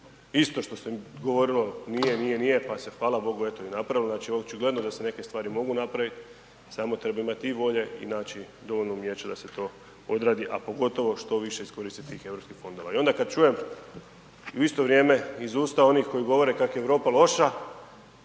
isto što se govorilo nije, nije, nije pa se fala bogu eto i napravilo, znači očigledno da se neke stvari mogu napravit, samo treba imat i volje i naći dovoljno umijeće da se to odradi a pogotovo što više iskoristiti tih europskih fondova. I onda kad čujem u isto vrijeme u isto vrijeme iz usta onih koji govore kako je Europa loša,